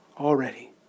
already